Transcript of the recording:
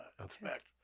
inspect